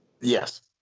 Yes